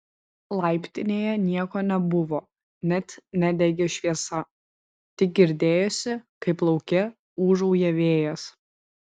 laiptinėje nieko nebuvo net nedegė šviesa tik girdėjosi kaip lauke ūžauja vėjas